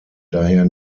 daher